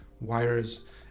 wires